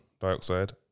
dioxide